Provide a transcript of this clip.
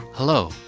Hello